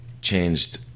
changed